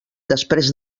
després